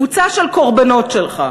קבוצה של קורבנות שלך: